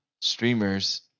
streamers